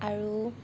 আৰু